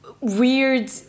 weird